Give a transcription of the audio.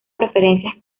preferencias